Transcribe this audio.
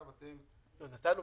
לא,